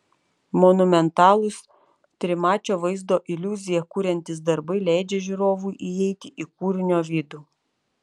monumentalūs trimačio vaizdo iliuziją kuriantys darbai leidžia žiūrovui įeiti į kūrinio vidų